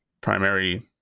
primary